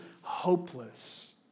hopeless